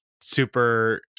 super